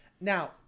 Now